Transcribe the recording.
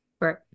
Right